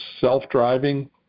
self-driving